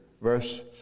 Verse